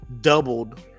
doubled